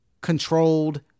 Controlled